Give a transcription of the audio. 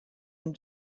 and